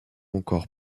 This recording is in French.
encore